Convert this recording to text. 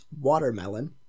Watermelon